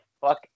fuck